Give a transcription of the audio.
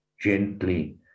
gently